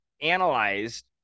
analyzed